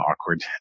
awkward